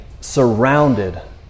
surrounded